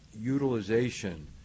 utilization